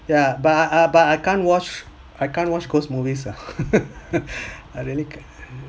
ya but ah but I can't watch I can't watch ghost movies ah I really can't